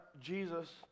jesus